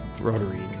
rotary